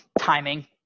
timing